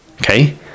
okay